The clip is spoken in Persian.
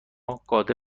قادر